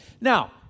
Now